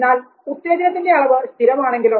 എന്നാൽ ഉത്തേജനത്തിന്റെ അളവ് സ്ഥിരമാണെങ്കിലോ